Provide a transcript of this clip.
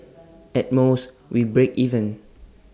at most we break even